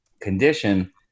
condition